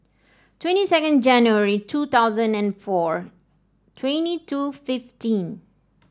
twenty second January two thousand and four twenty two fifteen